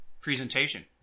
presentation